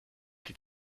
die